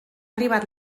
arribat